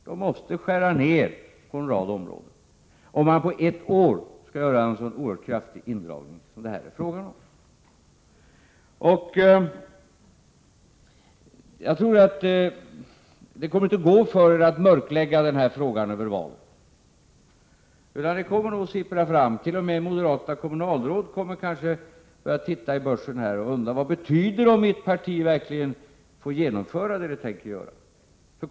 De måste skära ned på en rad områden, om man på ett år skall göra en sådan kraftig indragning som det här är fråga om. Det kommer inte att gå för er att mörklägga denna fråga över valet. Detta kommer att sippra fram. T. o. m. moderata kommunalråd kommer kanske att börja se efter i börsen och undra vad det betyder om partiet verkligen får genomföra sin politik.